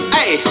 Hey